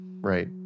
right